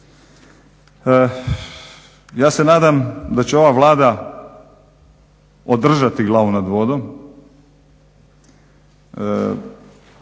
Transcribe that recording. Ja se nadam da će ova Vlada održati glavu nad vodom.